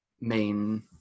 main